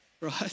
right